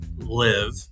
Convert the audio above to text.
live